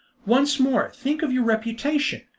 once more, think of your reputation.